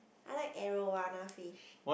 I like Arowana fish